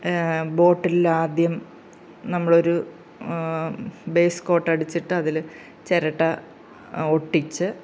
ബോട്ടില് ആദ്യം നമ്മള് ഒരു ബേസ് കോട്ട് അടിച്ചിട്ട് അതില് ചിരട്ട ഒട്ടിച്ച്